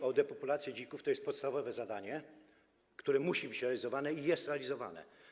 o depopulację dzików, to jest to podstawowe zadanie, które musi być realizowane i jest realizowane.